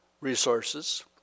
resources